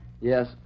Yes